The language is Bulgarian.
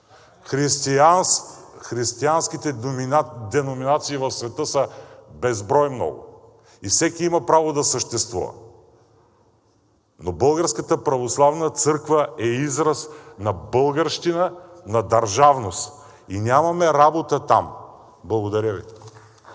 Християнските деноминации в света са безброй много и всяка има право да съществува. Но Българската православна църква е израз на българщина, на държавност и нямаме работа там. Благодаря Ви.